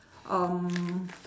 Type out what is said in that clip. um